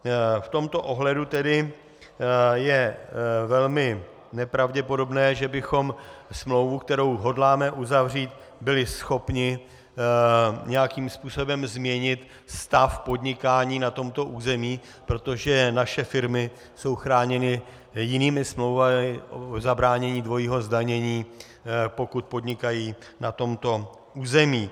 V tomto ohledu tedy je velmi nepravděpodobné, že bychom smlouvou, kterou hodláme uzavřít, byli schopni nějakým způsobem změnit stav podnikání na tomto území, protože naše firmy jsou chráněny jinými smlouvami o zabránění dvojího zdanění, pokud podnikají na tomto území.